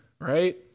right